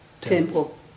temple